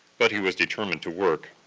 but he was determined to work.